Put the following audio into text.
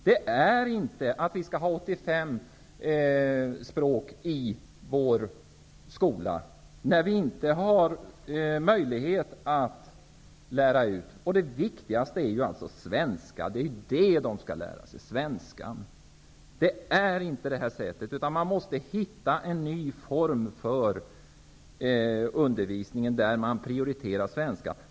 Det bästa är inte att det skall undervisas i 85 språk i vår skola, när vi inte har möjlighet att lära ut dem. Det viktigaste är svenska. Det är det språket de skall lära sig. Man måste hitta en ny form för undervisningen, där man prioriterar svenskan.